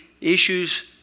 issues